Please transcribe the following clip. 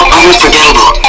unforgettable